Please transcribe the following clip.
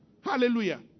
hallelujah